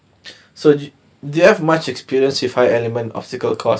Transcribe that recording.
so they have much experience with high element obstacle course